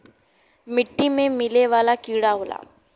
मिट्टी में मिले वाला कीड़ा होला